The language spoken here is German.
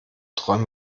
träum